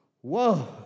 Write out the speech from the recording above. Whoa